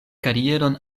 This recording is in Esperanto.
karieron